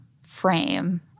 frame